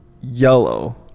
yellow